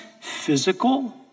physical